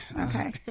Okay